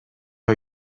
are